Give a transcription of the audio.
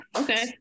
okay